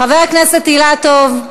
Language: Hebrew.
חבר הכנסת אילטוב,